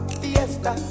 fiesta